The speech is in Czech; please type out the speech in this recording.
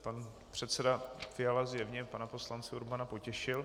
Pan předseda Fiala zjevně pana poslance Urbana potěšil.